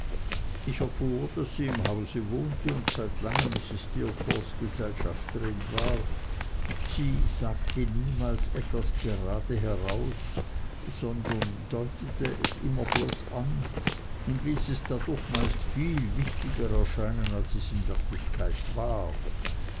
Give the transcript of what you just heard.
ich erfuhr daß sie im hause wohnte und seit langem mrs steerforths gesellschafterin war sie sagte niemals etwas grade heraus sondern deutete es immer bloß an und ließ es dadurch meist viel wichtiger erscheinen als es in wirklichkeit war